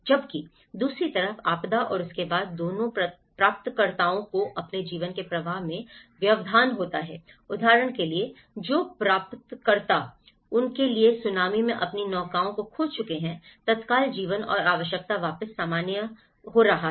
जबकि दूसरी तरफ आपदा और उसके बाद दोनों प्राप्तकर्ताओं को अपने जीवन के प्रवाह में व्यवधान होता है उदाहरण के लिए जो प्राप्तकर्ता उनके लिए सुनामी में अपनी नौकाओं को खो चुके हैं तत्काल जीवन और आवश्यकता वापस सामान्य हो रही है